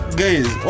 guys